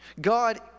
God